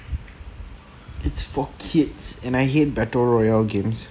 it's for kids and I hate battle royale games